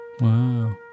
Wow